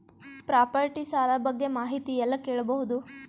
Property ಸಾಲ ಬಗ್ಗೆ ಮಾಹಿತಿ ಎಲ್ಲ ಕೇಳಬಹುದು?